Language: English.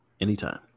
Anytime